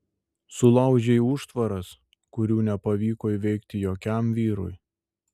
sulaužei užtvaras kurių nepavyko įveikti jokiam vyrui